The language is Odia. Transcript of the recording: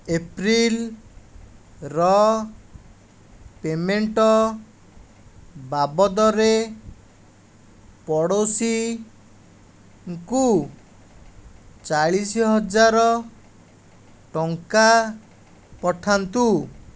ଏପ୍ରିଲର ପେମେଣ୍ଟ ବାବଦରେ ପଡ଼ୋଶୀଙ୍କୁ ଚାଳିଶ ହଜାର ଟଙ୍କା ପଠାନ୍ତୁ